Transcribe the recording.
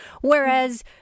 whereas